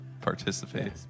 Participate